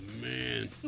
man